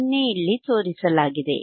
ಇದನ್ನೇ ಇಲ್ಲಿ ತೋರಿಸಲಾಗಿದೆ